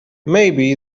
maybe